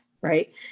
right